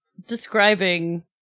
Describing